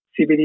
CBD